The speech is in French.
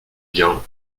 bien